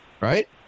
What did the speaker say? right